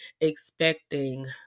expecting